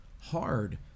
hard